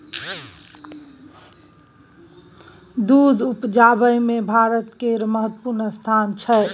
दूध उपजाबै मे भारत केर महत्वपूर्ण स्थान छै